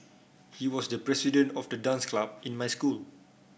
he was the president of the dance club in my school